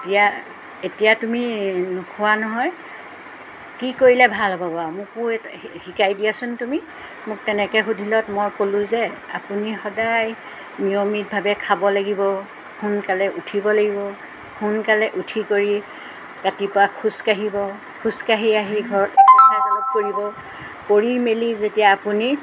এতিয়া এতিয়া তুমি নোখোৱা নহয় কি কৰিলে ভাল হ'ব বাৰু মোকো শিকাই দিয়াচোন তুমি মোক তেনেকৈ সুধিলত মই ক'লোঁ যে আপুনি সদায় নিয়মিতভাৱে খাব লাগিব সোনকালে উঠিব লাগিব সোনকালে উঠি কৰি ৰাতিপুৱা খোজকাঢ়িব খোজকাঢ়ি আহি ঘৰত এক্সাৰচাইজ অলপ কৰিব কৰি মেলি যেতিয়া আপুনি